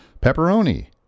pepperoni